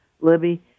Libby